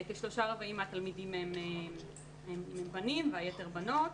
כ-3/4 מהתלמידים הם בנים והיתר בנות.